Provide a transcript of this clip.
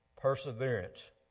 perseverance